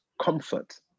comfort